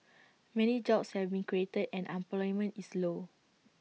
many jobs have been created and unemployment is low